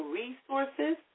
resources